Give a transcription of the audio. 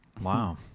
Wow